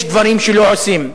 יש דברים שלא עושים.